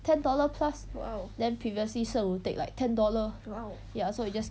ten dollar plus then previously sheng wu take like ten dollar ya so we just